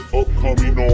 upcoming